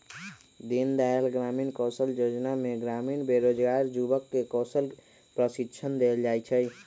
दीनदयाल ग्रामीण कौशल जोजना में ग्रामीण बेरोजगार जुबक के कौशल प्रशिक्षण देल जाइ छइ